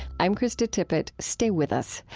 i'm krista tippett. stay with us.